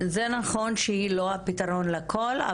זה נכון שהיא לא הפיתרון לכל,